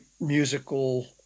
musical